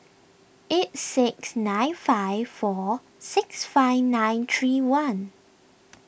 eight six nine five four six five nine three one